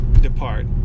depart